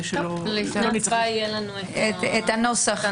פעם הבאה יהיה לנו את הנוסח.